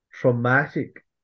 traumatic